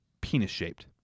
Penis-shaped